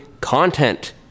content